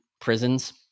prisons